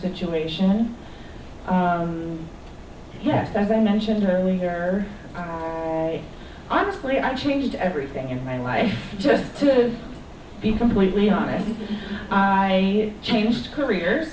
situation yes i think mentioned earlier honestly i changed everything in my life just to be completely honest i changed careers